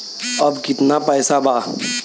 अब कितना पैसा बा?